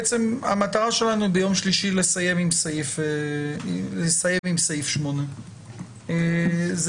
המטרה שלנו היא לסיים ביום שלישי עם סעיף 8. זה